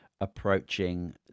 approaching